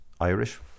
Irish